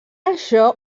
això